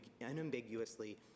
unambiguously